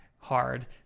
hard